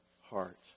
heart